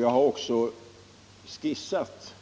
Jag har också skissat